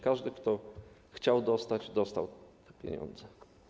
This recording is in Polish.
Każdy, kto chciał dostać, dostał pieniądze.